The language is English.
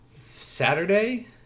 Saturday